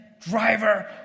driver